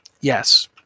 Yes